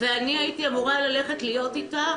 אני הייתי אמורה ללכת להיות איתה